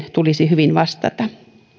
tulisi hyvin vastata